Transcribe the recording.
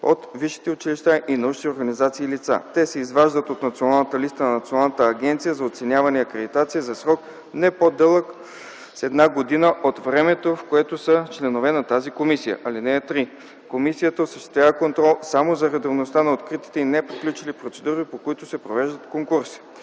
от висшите училища и научните организации лица. Те се изваждат от националната листа на Националната агенция за оценяване и акредитация за срок, по-дълъг с една година от времето, в което са членове на тази комисия. (3) Комисията осъществява контрол само за редовността на откритите и неприключили процедури, по които се провеждат конкурси.”